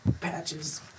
Patches